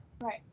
Right